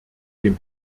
dem